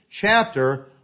chapter